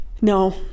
No